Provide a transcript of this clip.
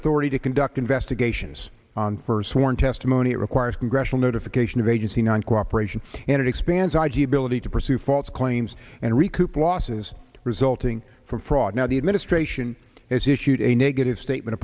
authority to conduct investigations on her sworn testimony it requires congressional notification of agency non cooperation and it expands i g ability to pursue false claims and recoup losses resulting from fraud now the administration has issued a negative statement